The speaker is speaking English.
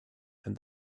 and